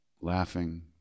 laughing